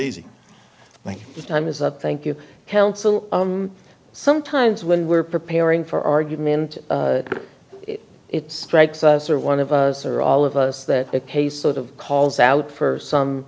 easy my time is up thank you counsel sometimes when we're preparing for argument it strikes us or one of us or all of us that the case sort of calls out for some